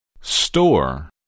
store